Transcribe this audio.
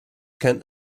can